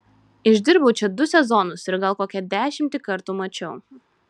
išdirbau čia du sezonus ir gal kokią dešimtį kartų mačiau